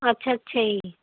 ਅੱਛਾ ਅੱਛਾ ਜੀ